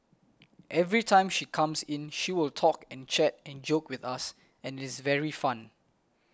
every time she comes in she will talk and chat and joke with us and it is very fun